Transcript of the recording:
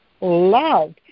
loved